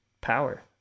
power